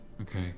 Okay